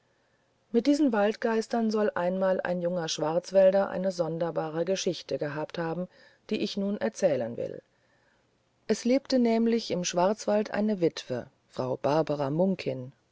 mit diesen waldgeistern soll einmal ein junger schwarzwälder eine sonderbare geschichte gehabt haben die ich erzählen will es lebte nämlich im schwarzwald eine witwe frau barbara munkin